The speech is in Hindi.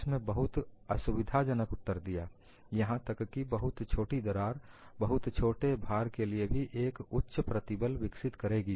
इसमें बहुत असुविधा जनक उत्तर दिया यहां तक कि बहुत छोटी दरार बहुत छोटे भार के लिए भी एक उच्च प्रतिबल विकसित करेगी